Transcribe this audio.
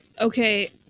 Okay